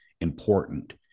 important